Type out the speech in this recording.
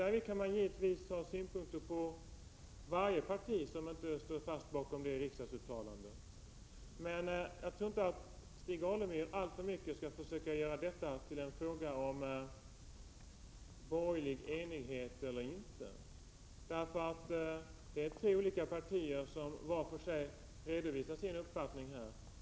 Därvid kan man givetvis ha synpunkter på varje parti som står fast bakom det riksdagsuttalandet. Men jag tror inte att Stig Alemyr alltför mycket skall försöka göra detta till en fråga om borgerlig enighet eller inte, därför att det är tre olika partier som vart för sig redovisar sin uppfattning här.